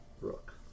Rook